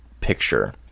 Picture